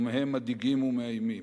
ומהם מדאיגים ומאיימים.